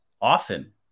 often